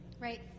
right